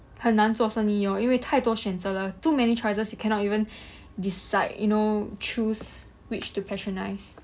很难做生意 lor 因为太多选择了 too many choices you cannot even decide you know choose which to patronize